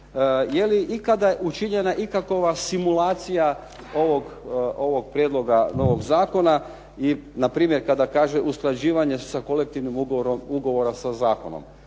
jeli ikada učinjena ikakva simulacija ovog prijedloga novog zakona i npr. kada kaže usklađivanje sa kolektivnim ugovorom ugovora